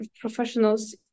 professionals